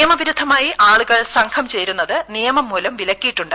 നിയമ വിരുദ്ധമായി ആളുകൾ സംഘം ചേരുന്നത് നിയമംമൂലം വിലക്കിയിട്ടുണ്ട്